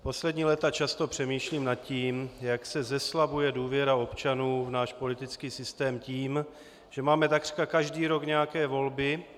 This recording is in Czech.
Poslední léta často přemýšlím nad tím, jak se zeslabuje důvěra občanů v náš politický systém tím, že máme takřka každý rok nějaké volby.